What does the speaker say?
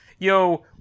Yo